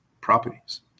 properties